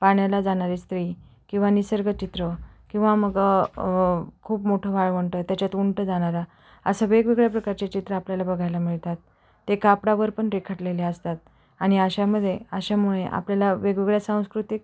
पाण्याला जाणारी स्त्री किंवा निसर्ग चित्र किंवा मग खूप मोठं वाळवंट त्याच्यात उंटं जाणारा असं वेगवेगळ्या प्रकारचे चित्र आपल्याला बघायला मिळतात ते कापडावर पण रेखाटलेले असतात आणि अशामध्ये अशामुळे आपल्याला वेगवेगळ्या सांस्कृतिक